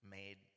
made